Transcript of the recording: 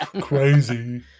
Crazy